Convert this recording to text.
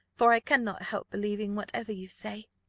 for i cannot help believing whatever you say.